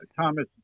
Thomas